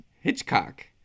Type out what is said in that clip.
Hitchcock